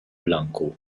blanco